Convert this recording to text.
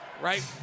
Right